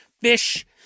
fish